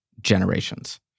generations